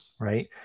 Right